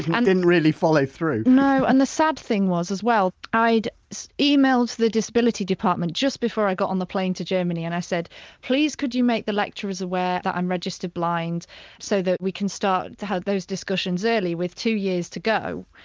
and didn't really follow through no and the sad thing was, as well, i'd emailed the disability department just before i got on the plane to germany and i said please, could you make the lecturers aware that i'm registered blind so that we can start those discussions early with two years to go.